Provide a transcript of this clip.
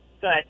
good